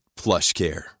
PlushCare